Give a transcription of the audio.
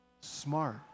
smart